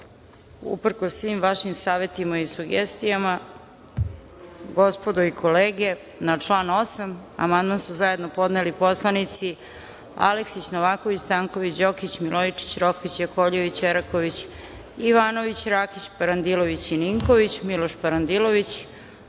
uprkos svim vašim savetima i sugestijama. Na član 8. amandman su zajedno podneli poslanici Aleksić, Novaković, Stanković, Đokić, Milojičić, Rokvić, Jakovljević, Eraković, Ivanović, Rakić, Parandilović i Ninković. Reč ima Miloš Parandilović.